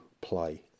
play